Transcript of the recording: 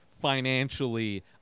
financially